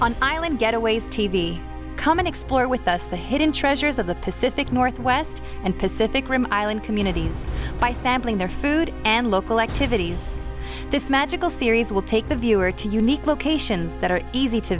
on island getaways t v come and explore with us the hidden treasures of the pacific northwest and pacific rim island communities by sampling their food and local activities this magical series will take the viewer to unique locations that are easy to